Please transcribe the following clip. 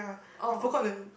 oh okay